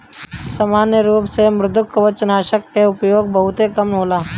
सामान्य रूप से मृदुकवचनाशक के उपयोग बहुते कम होला